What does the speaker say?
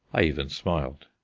i even smiled.